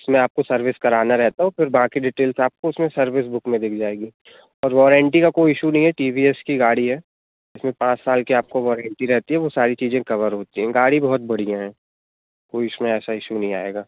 उसमें आपको सर्विस कराना रहता है और फिर बाकी डिटेल तो आपको उसमें सर्विस बुक में दिख जाएगी और वॉरएंटी का कोई इशू नहीं है टी वी एस की गाड़ी है इसमें पाँच साल की आपको वॉरएंटी रहती है वो सारी चीज़ें कवर होती हैं गाड़ी बहुत बढ़िया है कोई इसमें ऐसा इशू नहीं आएगा